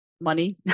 money